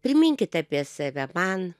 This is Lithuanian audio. priminkite apie save man